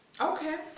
okay